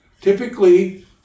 Typically